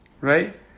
right